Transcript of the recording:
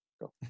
go